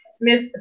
Miss